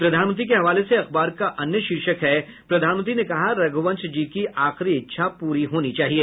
प्रधानमंत्री के हवाले से अखबार का अन्य शीर्षक है प्रधानमंत्री ने कहा रघुवंश जी की आखरी इच्छा पूरी होनी चाहिए